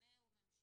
המבנה הוא ממשלתי